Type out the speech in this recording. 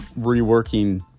reworking